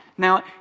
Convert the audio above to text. Now